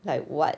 like what